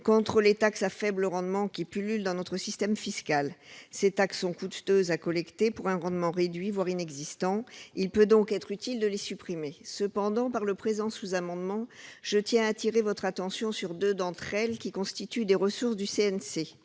contre les taxes à faible rendement pullulant dans notre système fiscal. Ces taxes sont coûteuses à collecter pour un rendement réduit, voire inexistant. Il peut donc être utile de les supprimer. Toutefois, par le présent sous-amendement, je tiens à attirer l'attention sur deux d'entre elles, qui constituent des ressources du CNC.